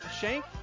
Shank